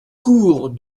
cours